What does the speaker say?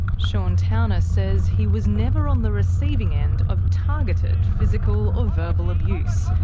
sean towner says he was never on the receiving end of targeted physical or verbal abuse.